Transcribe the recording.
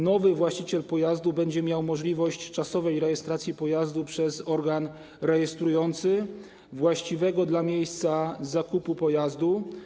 Nowy właściciel pojazdu będzie miał możliwość czasowej rejestracji pojazdu przez organ rejestrujący właściwy dla miejsca zakupu pojazdu.